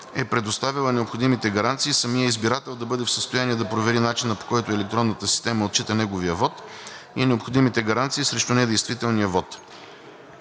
е предоставяла необходимите гаранции, самият избирател да бъде в състояние да провери начина, по който електронната система отчита неговия вот и необходимите гаранции срещу недействителния вот.